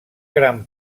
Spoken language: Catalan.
gran